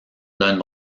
donne